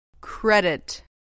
Credit